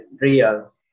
real